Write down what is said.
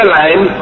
line